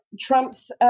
Trump's